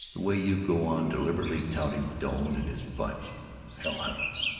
the way you go on deliberately touting doane and his bunch of hell-hounds,